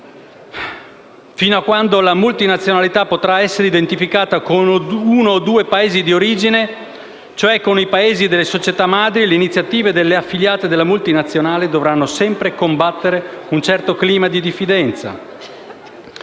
fino a quando la multinazionalità potrà essere identificata con uno o due Paesi d'origine, cioè con i Paesi delle società madri, le iniziative delle affiliate della multinazionale dovranno sempre combattere un certo clima di diffidenza».